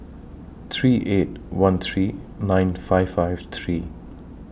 three eight one three nine five five three